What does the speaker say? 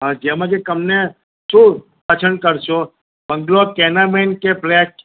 હા જેમાંથી તમને શું પસંદ કરશો બંગલો ટેનામેન્ટ કે ફ્લેટ